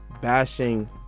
bashing